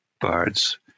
birds